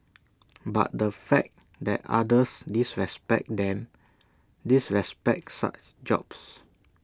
but the fact that others disrespect them disrespect such jobs